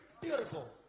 Beautiful